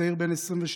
צעיר בן 22,